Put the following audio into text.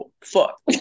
fuck